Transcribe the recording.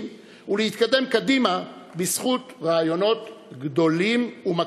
ולהתקדם בזכות רעיונות גדולים ומקיפים.